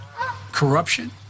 Corruption